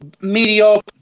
mediocre